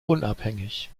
unabhängig